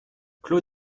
clos